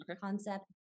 concept